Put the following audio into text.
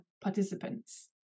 participants